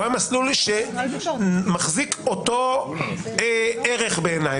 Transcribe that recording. הוא היה מסלול שמחזיק אותו ערך בעיני,